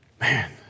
Man